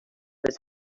his